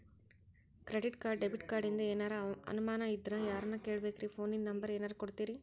Credit card, debit ಕಾರ್ಡಿಂದ ಏನರ ಅನಮಾನ ಇದ್ರ ಯಾರನ್ ಕೇಳಬೇಕ್ರೀ, ಫೋನಿನ ನಂಬರ ಏನರ ಕೊಡ್ತೀರಿ?